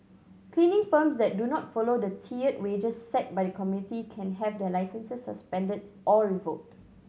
cleaning firms that do not follow the tiered wages set by the committee can have their licences suspended or revoked